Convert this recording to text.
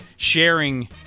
Sharing